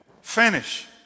Finish